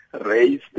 raised